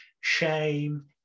shame